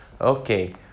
Okay